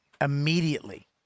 immediately